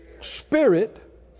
Spirit